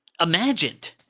imagined